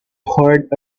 poured